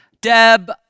Deb